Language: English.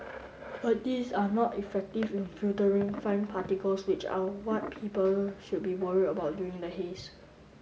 but these are not effective in filtering fine particles which are what people should be worried about during the haze